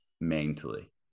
mentally